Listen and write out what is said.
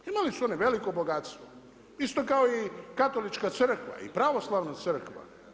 Imali su oni veliko bogatstvo isto kao i katolička crkva i pravoslavna crkva.